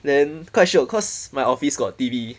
then quite shiok cause my office got T_V